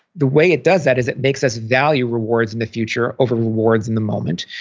the way it does that is it makes us value rewards in the future over rewards in the moment.